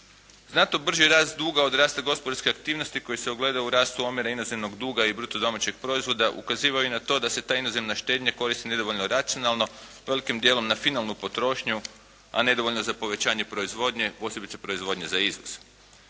Znatno brži rast duga od rasta gospodarske aktivnosti koji se ogleda u rastu omjera inozemnog duga i bruto domaćeg proizvoda ukazivaju i na to da se ta inozemna štednja koristi nedovoljno racionalno, velikim dijelom na finalnu potrošnju, a nedovoljno za povećanje proizvodnje, posebice proizvodnje za izvoz.